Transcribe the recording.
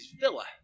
Villa